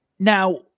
Now